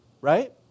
right